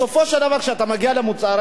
בסופו של דבר, כשאתה מגיע למוצרים